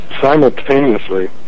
Simultaneously